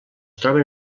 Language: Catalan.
troben